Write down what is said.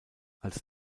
als